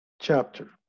chapter